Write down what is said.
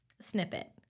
snippet